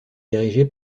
dirigé